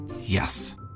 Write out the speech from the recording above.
Yes